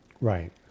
Right